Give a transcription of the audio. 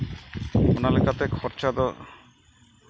ᱚᱱᱟ ᱞᱮᱠᱟᱛᱮ ᱠᱷᱚᱨᱪᱟᱫᱚ